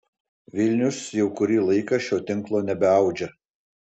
vilnius jau kurį laiką šio tinklo nebeaudžia